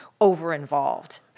over-involved